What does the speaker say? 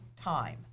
time